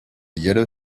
yellow